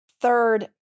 third